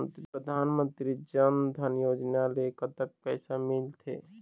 परधानमंतरी जन धन योजना ले कतक पैसा मिल थे?